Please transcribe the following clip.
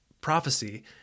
prophecy